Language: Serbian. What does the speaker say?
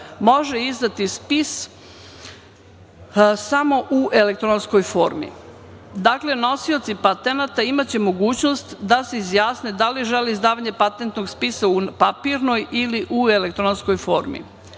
može izdati spis samo u elektronskoj formi. Dakle, nosioci patenata imaće mogućnost da se izjasne da li žele izdavanje patentnog spisa u papirnoj ili u elektronskoj formi. Pod